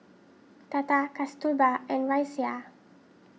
Tata Kasturba and Razia